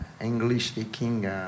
English-speaking